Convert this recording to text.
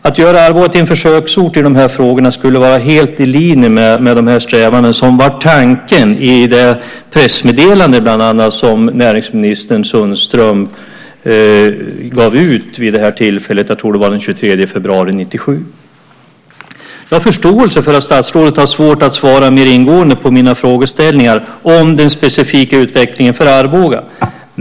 Att göra Arboga till en försöksort i de här frågorna skulle vara helt i linje med de strävandena, som var tanken i bland annat det pressmeddelande som näringsminister Sundström gav ut vid det tillfället - jag tror det var den 23 februari 1997. Jag har förståelse för att statsrådet har svårt att svara mer ingående på mina frågeställningar om den specifika utvecklingen för Arboga.